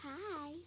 hi